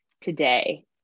today